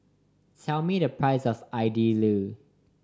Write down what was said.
tell me the price of Idili